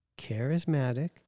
charismatic